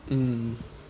mm